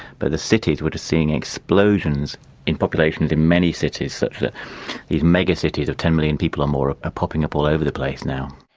but the cities, we're just seeing explosions in populations in many cities, such as like these mega-cities of ten million people or more are popping up all over the place now.